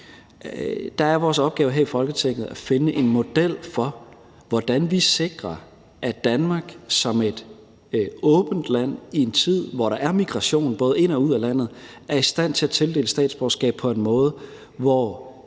Der er vores opgave her i Folketinget at finde en model for, hvordan vi sikrer, at Danmark som et åbent land i en tid, hvor der er migration både ind og ud af landet, er i stand til at tildele statsborgerskab på en måde, hvor